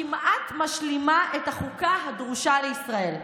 כמעט משלימה את החוקה הדרושה לישראל.